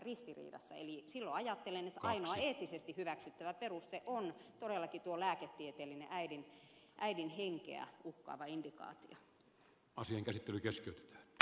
eli silloin ajattelen että ainoa eettisesti hyväksyttävä peruste on todellakin tuo lääketieteellinen äidin henkeä uhkaava indikaatio